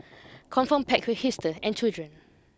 confirm packed with hipsters and children